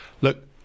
Look